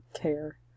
care